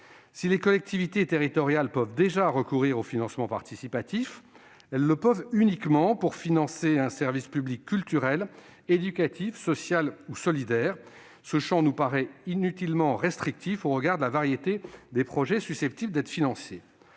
Si les collectivités territoriales peuvent déjà recourir au financement participatif, elles le peuvent uniquement pour financer un service public culturel, éducatif, social ou solidaire. Ce champ nous paraît inutilement restrictif au regard de la variété des projets susceptibles d'être financés.